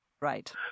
right